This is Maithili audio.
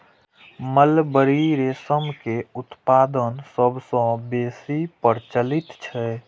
मलबरी रेशम के उत्पादन सबसं बेसी प्रचलित छै